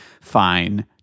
fine